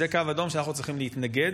זה קו אדום שאנחנו צריכים להתנגד.